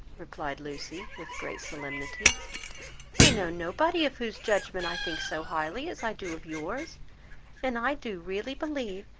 replied lucy, with great solemnity i know nobody of whose judgment i think so highly as i do of yours and i do really believe,